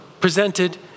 presented